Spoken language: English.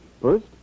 First